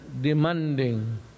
demanding